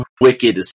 wicked